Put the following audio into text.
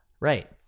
right